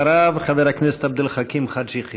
ואחריו, חבר הכנסת עבד אל חכים חאג' יחיא.